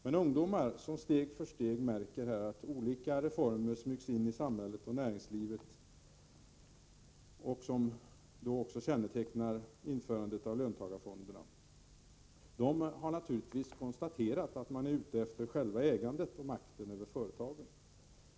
Jag vill framhålla att ungdomar som märker att olika reformer steg för steg smyger sig in i samhället och näringslivet, vilket också kännetecknar löntagarfonderna, naturligtvis har konstaterat att man är ute efter själva ägandet och makten över företagen.